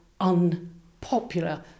unpopular